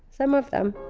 some of them.